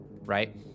right